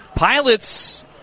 Pilots